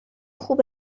خوب